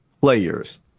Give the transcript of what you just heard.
players